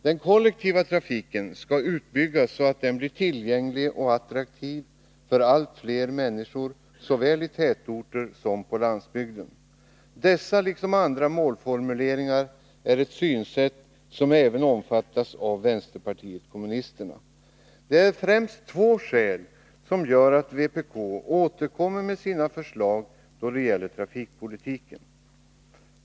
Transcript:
Den kollektiva trafiken skall utbyggas så att den blir tillgänglig och attraktiv för allt fler människor såväl i tätorter som på landsbygden. Dessa liksom andra målformuleringar är ett synsätt som även omfattas av vänsterpartiet kommunisterna. Det är främst två skäl som gör att vpk återkommer med sina förslag då det gäller trafikpolitiken.